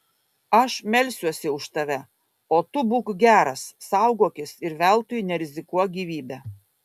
aš melsiuosi už tave o tu būk geras saugokis ir veltui nerizikuok gyvybe